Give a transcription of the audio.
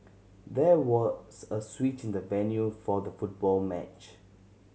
there was a switch in the venue for the football match